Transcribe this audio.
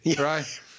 right